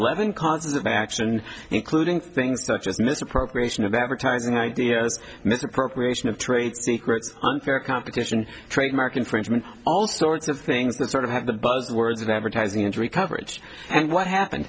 en concerts of action including things such as misappropriation of advertising i d s misappropriation of trade secrets unfair competition trademark infringement all sorts of things that sort of have the buzz words of advertising injury coverage and what happen